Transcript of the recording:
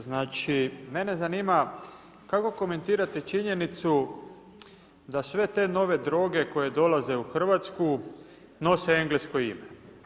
Znači mene zanima kako komentirate činjenicu da sve te nove droge koje dolaze u Hrvatsku nose englesko ime.